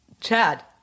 Chad